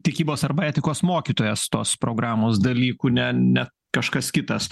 tikybos arba etikos mokytojas tos programos dalykų ne ne kažkas kitas